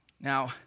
Now